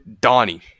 Donnie